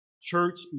church